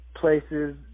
places